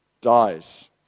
dies